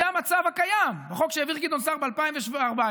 זה המצב הקיים בחוק שהעביר גדעון סער ב-2014,